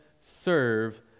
serve